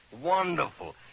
Wonderful